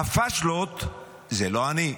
הפשלות זה לא אני,